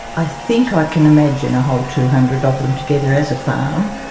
i think i can imagine a whole two hundred of them together as a farm,